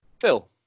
Phil